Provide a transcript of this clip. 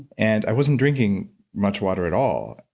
and i wasn't drinking much water at all.